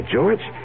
George